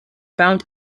found